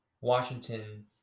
Washington